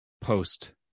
post